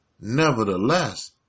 nevertheless